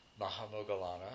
Mahamogalana